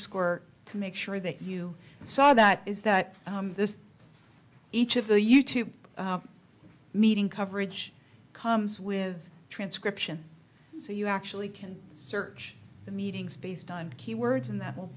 score to make sure that you saw that is that this each of the you tube meeting coverage comes with transcription so you actually can search the meetings based on keywords and that will